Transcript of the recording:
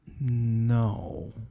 No